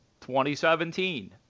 2017